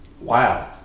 wow